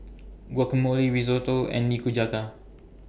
Guacamole Risotto and Nikujaga